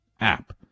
app